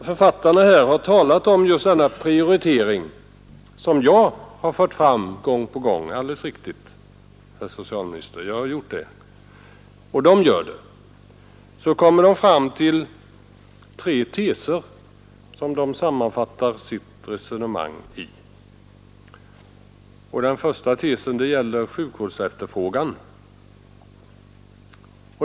Författarna till den bok jag nämnt talar just om denna prioritering som jag har fört fram gång på gång. Det är alldeles riktigt, herr socialminister. Jag har gjort det. Och de gör det också. Och de kommer fram till tre teser, som de sammanfattar sitt resonemang i. Den första gäller sjukvårdsefterfrågan.